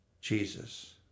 Jesus